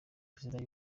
perezida